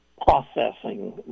processing